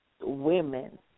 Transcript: women